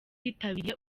yitabiriye